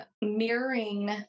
mirroring